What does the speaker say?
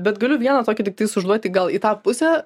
bet galiu vieną tokį tiktais užduoti gal į tą pusę